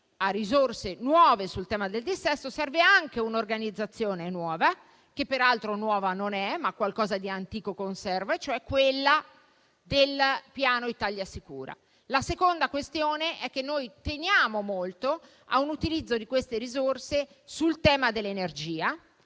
a risorse nuove sul tema del dissesto, serve anche un'organizzazione nuova, che peraltro nuova non è, ma qualcosa di antico conserva, ed è quella del piano ItaliaSicura. Noi teniamo molto a un utilizzo di queste risorse per il tema dell'energia.